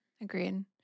Agreed